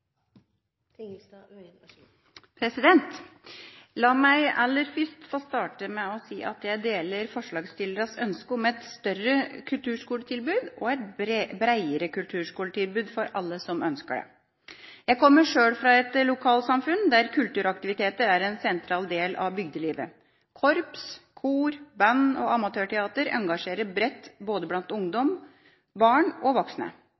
å bli så tung, brei, spennende og viktig som vi alle ønsker. La meg aller først starte med å si at jeg deler forslagsstillernes ønsker om et større kulturskoletilbud og et breiere kulturskoletilbud for alle som ønsker det. Jeg kommer sjøl fra et lokalsamfunn der kulturaktiviteter er en sentral del av bygdelivet. Korps, kor, band og amatørteater engasjerer bredt blant både ungdom, barn og voksne,